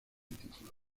título